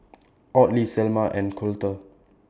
Audley Selmer and Colter